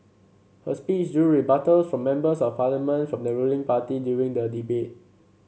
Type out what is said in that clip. her speech drew rebuttal from Members of Parliament from the ruling party during the debate